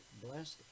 blessed